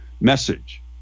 message